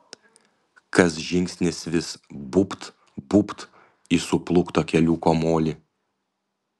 kas žingsnis vis būbt būbt į suplūktą keliuko molį